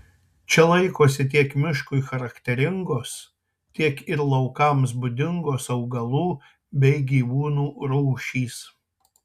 čia laikosi tiek miškui charakteringos tiek ir laukams būdingos augalų bei gyvūnų rūšys